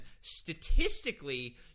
statistically